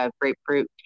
grapefruit